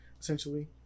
essentially